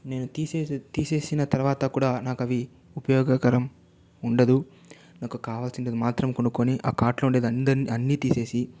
నేను తీసేసి తీసేసిన తర్వాత కూడా నాకు అవి ఉపయోగకరం ఉండదు నాకు కావలసినవి మాత్రం కొనుక్కుని ఆ కార్ట్ లో ఉండే అంద అన్నీ తీసేసి